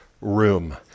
room